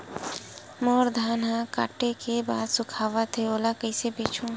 मोर धान ह काटे के बाद सुखावत हे ओला कइसे बेचहु?